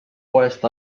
poest